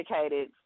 educated